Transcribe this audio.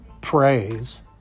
praise